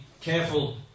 careful